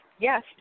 yes